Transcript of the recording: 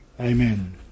Amen